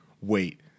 wait